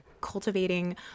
cultivating